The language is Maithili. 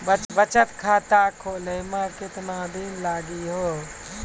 बचत खाता खोले मे केतना दिन लागि हो?